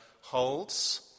holds